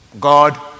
God